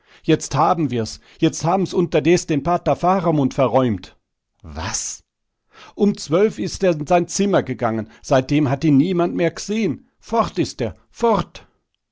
jetzt haben wir's jetzt haben's unterdes den pater faramund verräumt was um zwölf ist er in sein zimmer gegangen seitdem hat ihn niemand mehr gesehen fort ist er fort